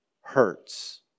hurts